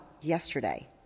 yesterday